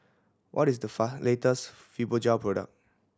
what is the latest Fibogel product